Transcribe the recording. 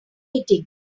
eating